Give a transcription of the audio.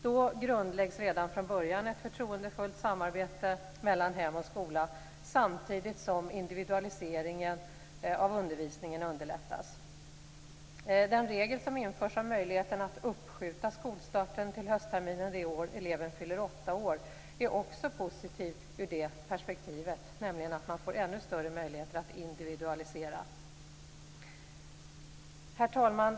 Då grundläggs redan från början ett förtroendefullt samarbete mellan hem och skola samtidigt som individualiseringen av undervisningen underlättas. Den regel som införs om möjligheten att uppskjuta skolstarten till höstterminen det år eleven fyller åtta år är också positiv ur det perspektivet, nämligen att man får ännu större möjligheter att individualisera. Herr talman!